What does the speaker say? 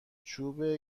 چوب